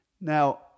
Now